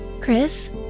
Chris